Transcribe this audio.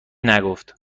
نگفت